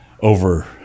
over